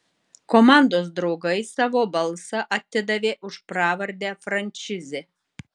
komandos draugai savo balsą atidavė už pravardę frančizė